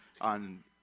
on